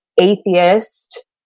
atheist